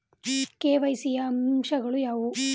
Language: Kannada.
ಕೆ.ವೈ.ಸಿ ಯ ಅಂಶಗಳು ಯಾವುವು?